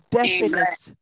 definite